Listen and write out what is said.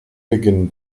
beginnen